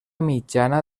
mitjana